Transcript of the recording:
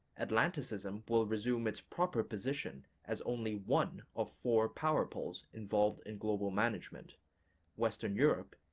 atlanticism will resume its proper position as only one of four power poles involved in global management western europe,